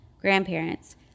grandparents